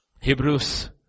Hebrews